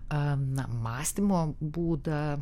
a na mąstymo būdą